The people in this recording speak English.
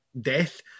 death